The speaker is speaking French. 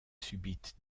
subites